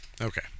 Okay